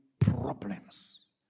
problems